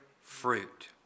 fruit